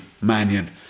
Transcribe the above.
Mannion